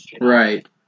Right